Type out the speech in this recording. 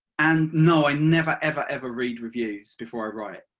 and, no, i never, ever ever read reviews before i write.